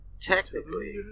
Technically